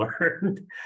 learned